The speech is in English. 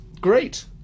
Great